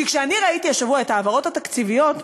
כי כשאני ראיתי השבוע את ההעברות התקציביות,